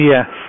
Yes